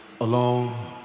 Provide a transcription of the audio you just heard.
alone